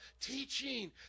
teaching